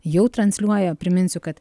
jau transliuoja priminsiu kad